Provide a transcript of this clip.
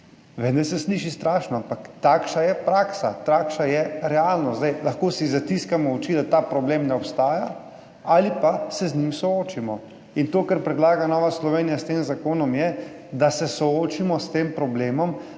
da se sliši strašno, ampak takšna je praksa, takšna je realnost. Zdaj si lahko zatiskamo oči, da ta problem ne obstaja, ali pa se z njim soočimo. In to, kar predlaga Nova Slovenija s tem zakonom, je, da se soočimo s tem problemom,